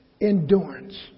Endurance